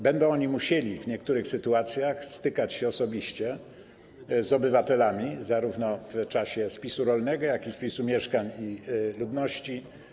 Będą oni musieli w niektórych sytuacjach stykać się osobiście z obywatelami w czasie zarówno spisu rolnego, jak i spisu mieszkań i ludności.